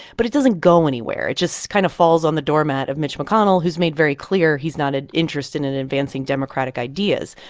but it doesn't go anywhere. it just kind of falls on the doormat of mitch mcconnell, who's made very clear he's not ah interested in advancing democratic ideas.